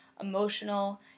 emotional